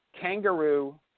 kangaroo